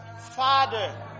Father